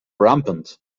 rampant